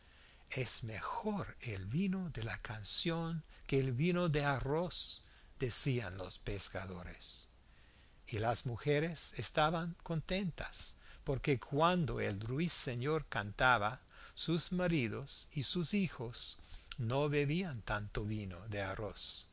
es mejor el vino de la canción que el vino de arroz decían los pescadores y las mujeres estaban contentas porque cuando el ruiseñor cantaba sus maridos y sus hijos no bebían tanto vino de arroz